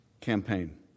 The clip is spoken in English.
campaign